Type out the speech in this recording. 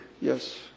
yes